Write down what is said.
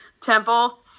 Temple